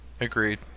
Agreed